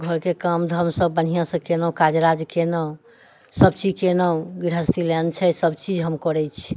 घरके काम धाम सभ बढ़िआँ से कयलहुँ काज राज कयलहुँ सभ चीज कयलहुँ गृहस्थी एहन छै सभ चीज हम करैत छी